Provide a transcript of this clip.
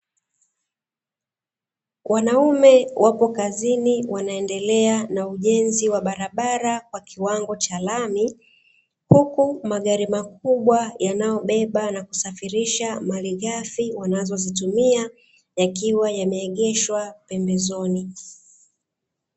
Wanaume wapo kazini wanaendelea na ujenzi wa barabara kwa kiwango cha lami, huku magari makubwa yanayobeba na kusafirisha malighafi wanazozitumia yakiwa yameegeshwa pembezoni.